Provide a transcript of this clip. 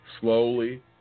slowly